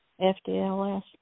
FDLS